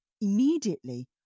immediately